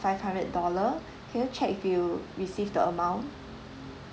five hundred dollar can you check if you received the amount